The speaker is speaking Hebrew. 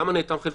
למה נאטם חלקית?